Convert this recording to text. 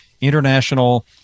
international